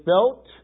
felt